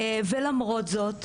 למרות זאת,